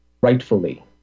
rightfully